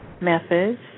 methods